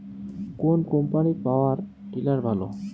কোন কম্পানির power tiller ভালো?